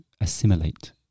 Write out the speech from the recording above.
assimilate